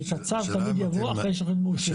כי תצ"ר תמיד יבוא אחרי תכנית מאושרת.